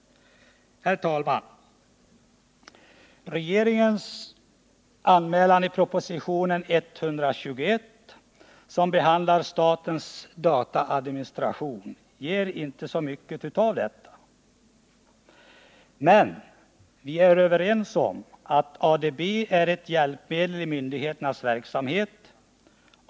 Regeringens anmälan i propositionen 121, som behandlar statens dataadministration, ger inte så mycket av detta. Men vi är överens om att ADB är ett hjälpmedel i myndigheternas verksamhet.